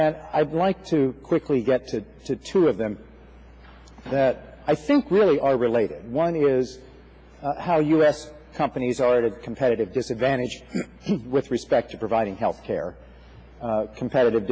and i'd like to quickly get to two of them that i think really are related one is how u s companies are at a competitive disadvantage with respect to providing health care competitive